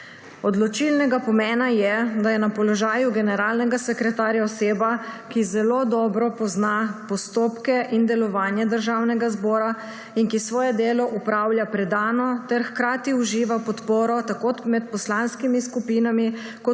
Odločilnega pomena je, da je na položaju generalnega sekretarja oseba, ki zelo dobro pozna postopke in delovanje Državnega zbora in ki svoje delo opravlja predano ter hkrati uživa podporo tako med poslanskimi skupinami kot